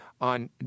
on